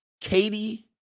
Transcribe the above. Katie